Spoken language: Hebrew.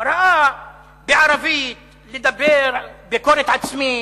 קרא את הנאום, ראה בערבית, לדבר, ביקורת עצמית,